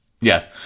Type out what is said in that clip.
Yes